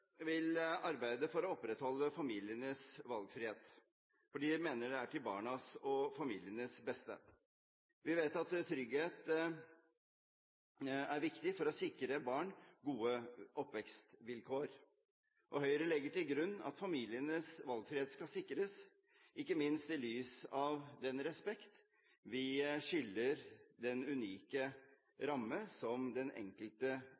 vil arbeide for å opprettholde familienes valgfrihet fordi vi mener det er til barnas og familienes beste. Vi vet at trygghet er viktig for å sikre barn gode oppvekstvilkår, og Høyre legger til grunn at familienes valgfrihet skal sikres, ikke minst i lys av den respekt vi skylder den unike ramme som den enkelte